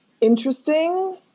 interesting